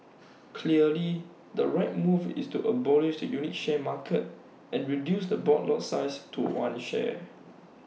clearly the right move is to abolish the unit share market and reduce the board lot size to one share